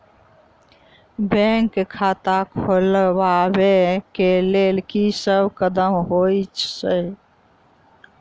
Bank खाता खोलबाबै केँ लेल की सब कदम होइ हय?